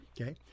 Okay